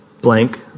blank